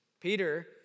Peter